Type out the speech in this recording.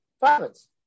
violence